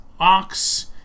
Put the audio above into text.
Ox